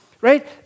Right